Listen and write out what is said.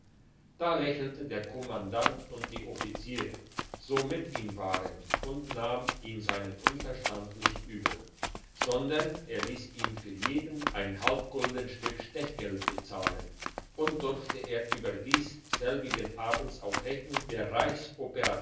da lächelte der kommandant und die offiziere so mit ihm waren und nahm ihm seinen unverstand nicht übel sondern er liess ihm für jeden ein halbguldenstück stechgeld bezahlen und durfte er überdies selbigen abend auf rechnung der